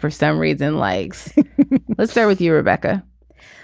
for some reason legs let's start with you rebecca